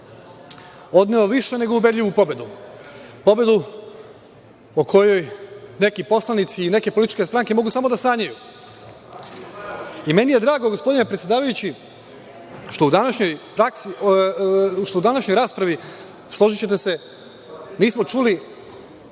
odneo više nego ubedljivu pobedu, pobedu o kojoj neki poslanici i neke političke stranke mogu samo da sanjaju. Meni je drago, gospodine predsedavajući, što u današnjoj raspravi, složićete se, nismo čuli